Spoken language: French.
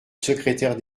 secrétaire